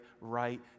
right